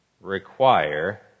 require